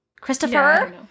Christopher